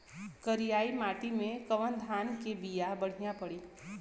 करियाई माटी मे कवन धान के बिया बढ़ियां पड़ी?